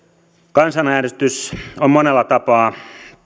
kansanäänestys on monella tapaa